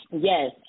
yes